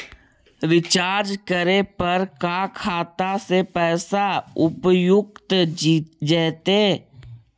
Recharge करे पर का खाता से पैसा उपयुक्त जितै तो कोई दिक्कत तो ना है?